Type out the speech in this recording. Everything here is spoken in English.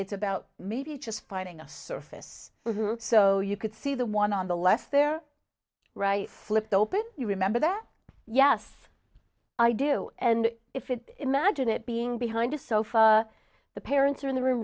it's about maybe just finding a surface so you could see the one on the left there right flipped open you remember that yes i do and if it imagine it being behind a sofa the parents are in the room